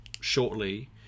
shortly